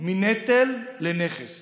מנטל לנכס.